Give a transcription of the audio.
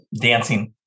dancing